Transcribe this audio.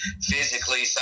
physically